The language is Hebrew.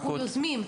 אנחנו יוזמים.